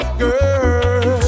girl